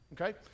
okay